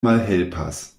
malhelpas